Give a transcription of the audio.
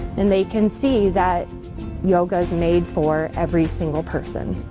and they can see that yoga is made for every single person.